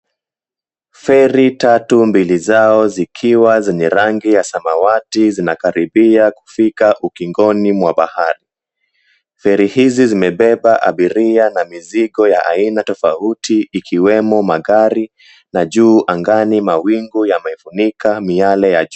Feri tatu mbili zao zikiwa zenye rangi ya samawati zinakaribia kufika ukingoni mwa bahari, feri hizi zimebeba abiria na mizigo ya aina tofauti ikiwemo magari na ju angani mawingu yamefunika miale ya jua.